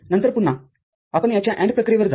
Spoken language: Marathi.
नंतर पुन्हाआपण याच्या AND प्रक्रियेवर जा